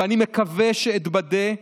ואני מקווה שאתבדה,